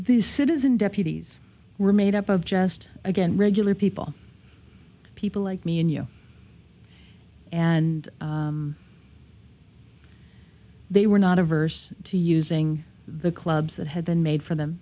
these citizen deputies were made up of just again regular people people like me and you and they were not averse to using the clubs that had been made for them